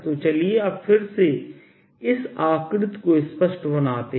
तो चलिए अब फिर से इस आकृति को स्पष्ट बनाते हैं